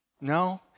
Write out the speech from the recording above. No